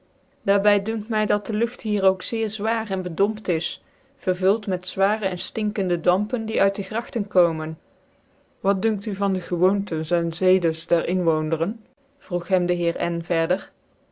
by dunkt my dat de lucht hier ook zeer zwaar en bedompt is vervuld met zware en hinkende dampen die uit de gragtcn komen wat dunkt u van dc gewoontens cn zeden der inwoondcrenf vroeg hem dc heer n verder